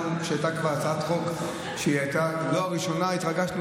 גם כשהייתה הצעת חוק לא ראשונה התרגשנו